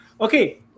Okay